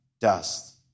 dust